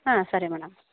ಹಾಂ ಸರಿ ಮೇಡಮ್